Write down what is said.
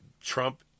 Trump